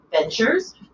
Ventures